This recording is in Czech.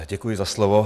Děkuji za slovo.